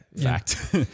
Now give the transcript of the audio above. Fact